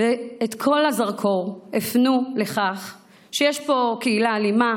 ואת כל הזרקור הפנו לכך שיש פה קהילה אלימה,